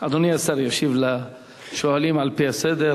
אדוני השר ישיב לשואלים על-פי הסדר.